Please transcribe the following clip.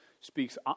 speaks